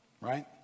right